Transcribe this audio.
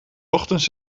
ochtends